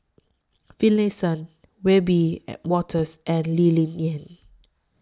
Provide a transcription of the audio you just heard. Finlayson Wiebe Wolters and Lee Ling Yen